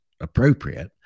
appropriate